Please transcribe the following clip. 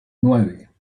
nueve